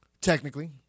Technically